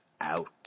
out